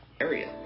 ...area